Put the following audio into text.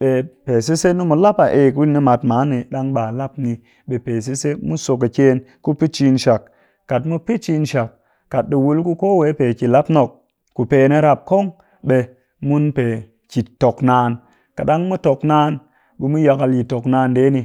wet. Pe sise, ni mu lap a ei ku nimat man ni ɗang ɓa lap ni. Ɓe pe sise, mu so ƙɨkyen ku pɨ ciin shak kat mu pɨ ciin shak kat ɗi ki wul ku kowe ɗi ki lap nok, ku pe ni rap kong ɓe mun pe ki tok naan, kat ɗang mu tok naan ɓe mu yakal yi tok naan ndee ni